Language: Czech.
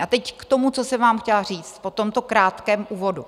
A teď k tomu, co jsem vám chtěla říct po tomto krátkém úvodu.